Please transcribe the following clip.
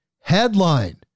Headline